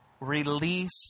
Release